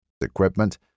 equipment